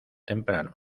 temprano